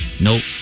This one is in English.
Nope